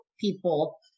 people